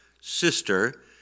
sister